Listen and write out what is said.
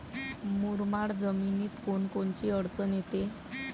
मुरमाड जमीनीत कोनकोनची अडचन येते?